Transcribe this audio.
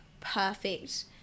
perfect